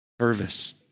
Service